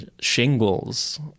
shingles